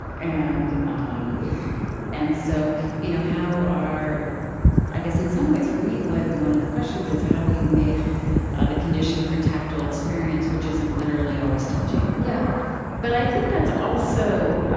and um and so, you know how our i guess in some ways, for me, one of the questions is, how do you make ah the condition for tactile experience, which isn't literally always touching? yeah but i think that's also ah